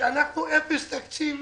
שאנחנו עם אפס תקציב